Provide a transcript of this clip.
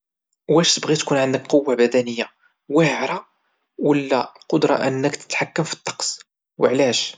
واش تبغي تكون عندك قدرة بدنية واعرة ولا تكون عندك قدرة تتحكم فالطقس وعلاش؟